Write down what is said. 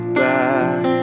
back